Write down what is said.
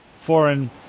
foreign